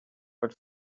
but